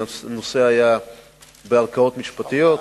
הנושא היה בערכאות משפטיות,